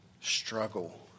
struggle